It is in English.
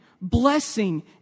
blessing